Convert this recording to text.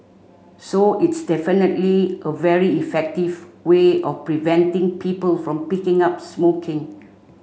so it's definitely a very effective way of preventing people from picking up smoking